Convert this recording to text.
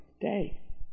day